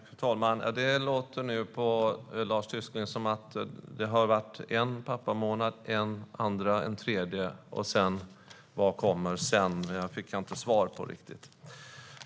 Fru talman! Det låter på Lars Tysklind som att det har varit en första pappamånad, en andra och en tredje - men vad kommer sedan? Det fick jag inte riktigt svar på.